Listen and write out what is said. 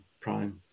Prime